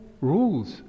rules